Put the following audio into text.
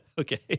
Okay